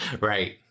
Right